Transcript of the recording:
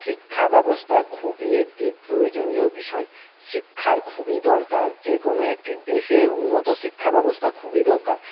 শিক্ষা ব্যবস্থা খুবই একটি প্রয়োজনীয় বিষয় শিক্ষার খুবই দরকার যে কোনো একটি দেশের উন্নত শিক্ষা ব্যবস্থা খুবই দরকার